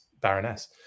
Baroness